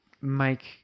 make